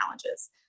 challenges